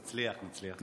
נצליח, נצליח.